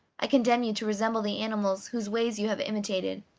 i condemn you to resemble the animals whose ways you have imitated.